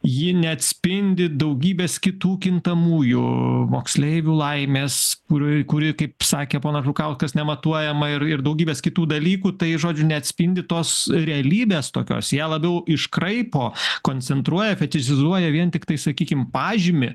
ji neatspindi daugybės kitų kintamųjų moksleivių laimės kuri kuri kaip sakė ponas žukauskas nematuojama ir ir daugybės kitų dalykų tai žodžiu neatspindi tos realybės tokios ją labiau iškraipo koncentruoja fetišizuoja vien tiktai sakykim pažymį